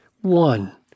One